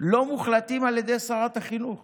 לא מוחלט על ידי שרת החינוך